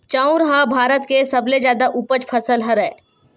चाँउर ह भारत के सबले जादा उपज फसल हरय